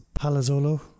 Palazzolo